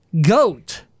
goat